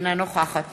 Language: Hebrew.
אינה נוכחת